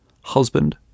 Husband